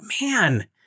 man